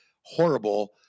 horrible